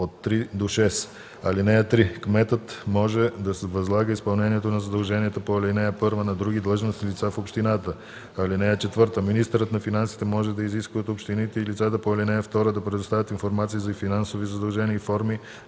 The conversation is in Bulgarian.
се ал. 3-6: „(3) Кметът може да възлага изпълнението на задълженията по ал. 1 на други длъжностни лица в общината. (4) Министърът на финансите може да изисква от общините и лицата по ал. 2 да предоставят информация и за финансови задължения и форми